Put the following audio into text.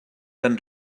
kan